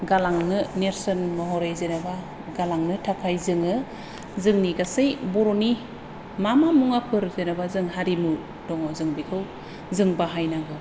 गालांनो नेरसोन महरै जेनेबा गालांनो थाखाय जोङो जोंनि गासै बर'नि मा मा मुवाफोर जेनेबा जों हारिमु दङ जों बेखौ बाहायनांगौ